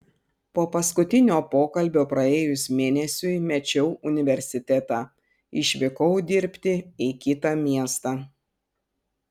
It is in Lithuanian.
po paskutinio pokalbio praėjus mėnesiui mečiau universitetą išvykau dirbti į kitą miestą